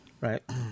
Right